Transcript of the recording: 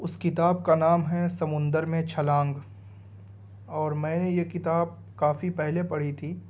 اس کتاب کا نام ہے سمندر میں چھلانگ اور میں نے یہ کتاب کافی پہلے پڑھی تھی